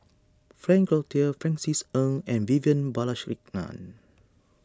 Frank Cloutier Francis Ng and Vivian Balakrishnan